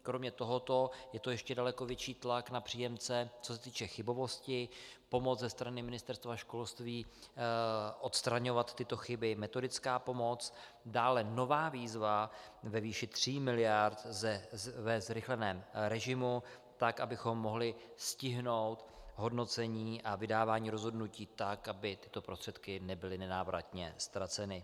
Kromě tohoto je to ještě daleko větší tlak na příjemce, co se týče chybovosti, pomoc ze strany Ministerstva školství odstraňovat tyto chyby, metodická pomoc, dále nová výzva ve výši 3 miliard ve zrychleném režimu tak, abychom mohli stihnout hodnocení a vydávání rozhodnutí tak, aby tyto prostředky nebyly nenávratně ztraceny.